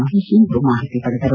ಮಹೇತ್ ಇಂದು ಮಾಹಿತಿ ಪಡೆದರು